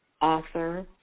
author